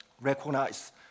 recognize